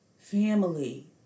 Family